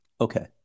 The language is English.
Okay